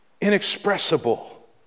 Inexpressible